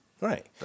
right